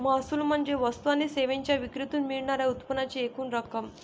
महसूल म्हणजे वस्तू आणि सेवांच्या विक्रीतून मिळणार्या उत्पन्नाची एकूण रक्कम